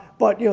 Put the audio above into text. but you know,